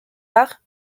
arts